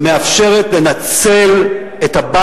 ממשלת ישראל עושה את המובחר,